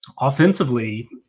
offensively